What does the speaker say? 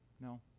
no